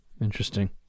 Interesting